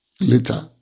later